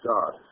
God